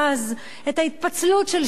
את ההתפצלות של שינוי.